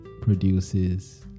produces